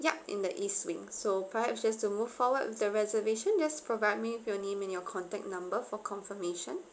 yup in the east wing so perhaps just to move forward the reservation just provide me with your name and your contact number for confirmation